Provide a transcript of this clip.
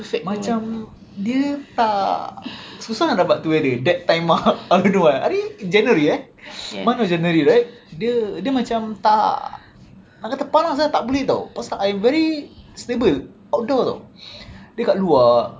macam dia tak susah nak dapat tu weather that time out of what january eh month of january right dia dia macam tak nak kata panas tak boleh [tau] pasal I'm very stable outdoor [tau] dia kat luar